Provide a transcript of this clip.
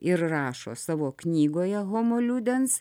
ir rašo savo knygoje homo liudens